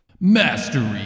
mastery